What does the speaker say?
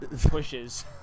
pushes